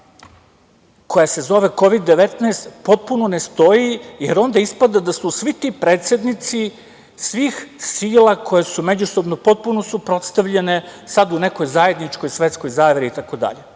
koja se zove Kovid 19 potpuno ne stoji jer onda ispada da su svi ti predsednici svih sila koje su međusobno potpuno suprotstavljene sada u nekoj zajedničkoj svetskoj zaveri itd.